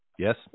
Yes